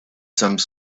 some